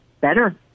better